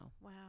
Wow